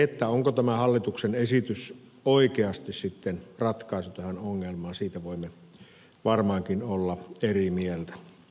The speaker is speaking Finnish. siitä onko tämä hallituksen esitys oikeasti sitten ratkaisu tähän ongelmaan voimme varmaankin olla eri mieltä